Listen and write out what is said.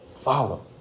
follow